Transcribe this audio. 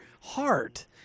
heart